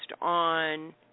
on